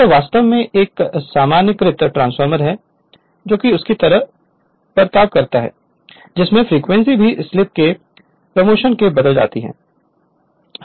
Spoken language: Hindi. यह वास्तव में एक सामान्यीकृत ट्रांसफार्मर की तरह व्यवहार करता है जिसमें फ्रीक्वेंसी भी स्लीप के प्रमोशन में बदल जाती है